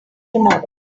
tomorrow